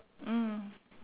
mm